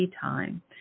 time